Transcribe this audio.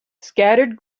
scattered